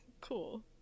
Cool